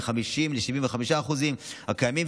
מ-50% ל-75% הקיימים,